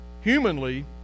humanly